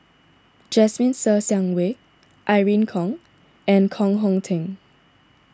Jasmine Ser Xiang Wei Irene Khong and Koh Hong Teng